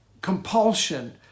compulsion